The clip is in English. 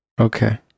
Okay